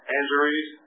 injuries